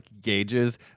gauges